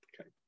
Okay